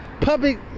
public